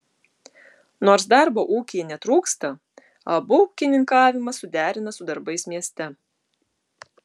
nors darbo ūkyje netrūksta abu ūkininkavimą suderina su darbais mieste